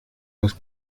los